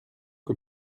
que